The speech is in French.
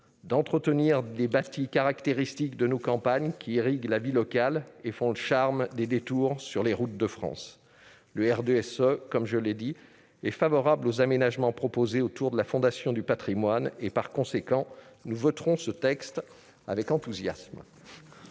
d'entretenir les bâtis caractéristiques de nos campagnes, qui irriguent la vie locale et font le charme des détours sur les routes de France. Le RDSE, comme je l'ai expliqué, est favorable aux aménagements proposés autour de la Fondation du patrimoine. Par conséquent, nous voterons ce texte avec enthousiasme.